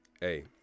Hey